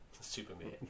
Superman